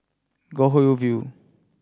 Goldhill View